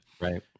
right